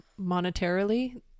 monetarily